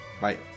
Bye